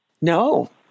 No